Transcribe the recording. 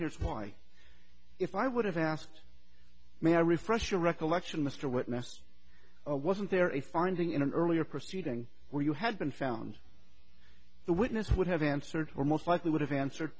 here's why if i would have asked may i refresh your recollection mr witness wasn't there a finding in an earlier proceeding where you had been found the witness would have answered or most likely would have answered